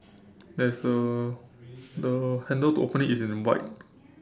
there's a the handle to open it is in white